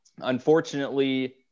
Unfortunately